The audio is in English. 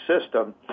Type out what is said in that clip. system